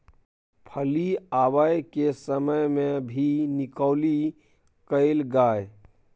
फली आबय के समय मे भी निकौनी कैल गाय?